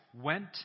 went